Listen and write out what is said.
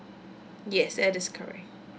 yes that is correct